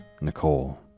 Nicole